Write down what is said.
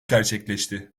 gerçekleşti